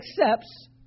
accepts